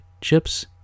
chips